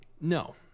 No